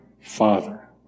Father